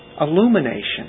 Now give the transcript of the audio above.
Illumination